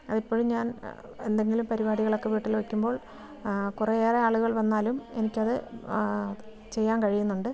അതിപ്പോഴും ഞാൻ എന്തെങ്കിലും പരിപാടികളൊക്കെ വീട്ടിൽ വയ്ക്കുമ്പോൾ കുറെയേറെ ആളുകൾ വന്നാലും എനിക്കത് ചെയ്യാൻ കഴിയുന്നുണ്ട്